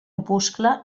opuscle